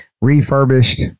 refurbished